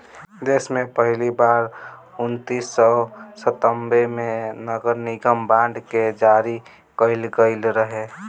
देस में पहिली बार उन्नीस सौ संतान्बे में नगरनिगम बांड के जारी कईल गईल रहे